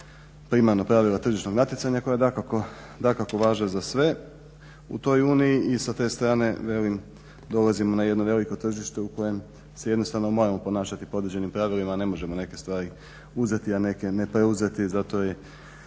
primarno pravila tržišnog natjecanja koja dakako važe za sve u toj Uniji. I sa te strane velim dolazimo na jedno veliko tržište u kojem se jednostavno moramo ponašati po određenim pravilima, ne možemo neke stvari uzeti, a neke ne preuzeti. Zato i